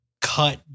cut